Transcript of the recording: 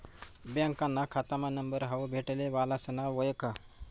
बँकाना खातामा नंबर हावू भेटले वालासना वयख